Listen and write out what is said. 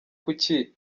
kuki